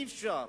אי-אפשר.